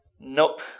nope